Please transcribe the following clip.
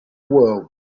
world